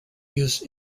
use